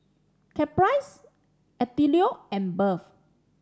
Caprice Attilio and Berth